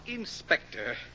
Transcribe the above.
Inspector